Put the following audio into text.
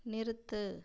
நிறுத்து